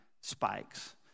spikes